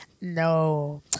No